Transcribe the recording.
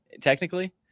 technically